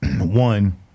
one